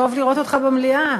טוב לראות אותך במליאה,